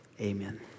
amen